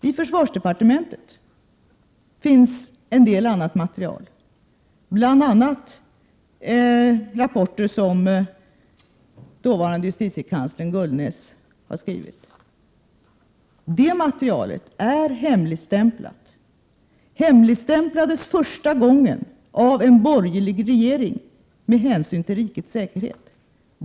I försvarsdepartementet finns en del annat material, bl.a. rapporter som dåvarande justitiekanslern Gullnäs har skrivit, som är hemligstämplat. Det hemligstämplades första gången av en borgerlig regering med hänsyn till rikets säkerhet.